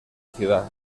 ciudad